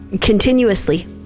continuously